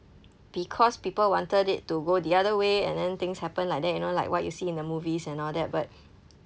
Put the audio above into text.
because people wanted it to go the other way and then things happen like that you know like what you see in the movies and all that but